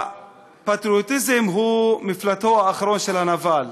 שהפטריוטיזם הוא מפלטו האחרון של הנבל.